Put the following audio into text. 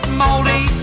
moldy